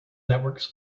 networks